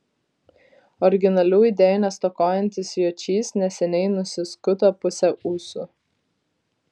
originalių idėjų nestokojantis jočys neseniai nusiskuto pusę ūsų